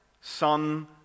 Son